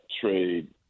trade